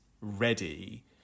ready